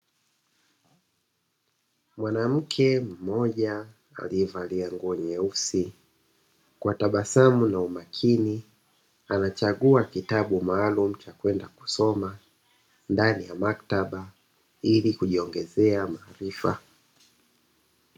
Mwanamke mmoja aliyevalia nguo nyeusi kwa tabasamu na umakini anachagua kitabu maalumu cha kwenda kusoma, ndani ya maktaba ili kujiongezea maarifa.